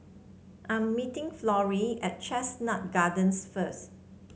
I'm meeting Florie at Chestnut Gardens first